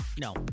No